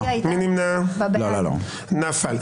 הצבעה לא אושרה נפל.